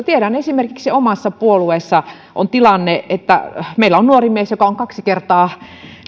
tiedän esimerkiksi omassa puolueessa tilanteen että meillä on nuori mies joka on kaksi kertaa